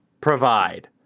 provide